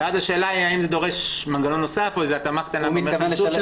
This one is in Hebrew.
אז השאלה אם זה דורש מנגנון נוסף או התאמה קטנה --- הצעת